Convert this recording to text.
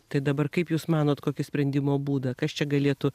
tai dabar kaip jūs manot kokį sprendimo būdą kas čia galėtų